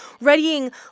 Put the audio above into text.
readying